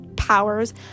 powers